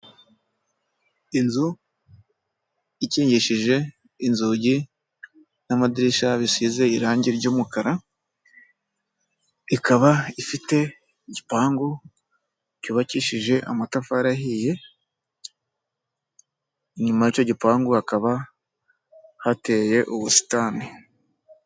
Inzu ikingishije inzugi n'amadirisha bisize irangi ry'umukara, ikaba ifite igipangu cyubakishije amatafari ahiye, inyuma y'ico gipangu hakaba hateye ubusitani.